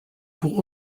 pour